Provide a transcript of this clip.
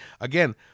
again